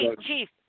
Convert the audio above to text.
chief